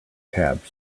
tabs